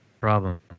problem